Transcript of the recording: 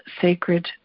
sacred